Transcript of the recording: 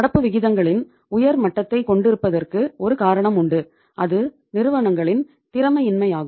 நடப்பு விகிதங்களின் உயர் மட்டத்தைக் கொண்டிருப்பதற்கு ஒரு காரணம் உண்டு அது நிறுவனங்களின் திறமையின்மையாகும்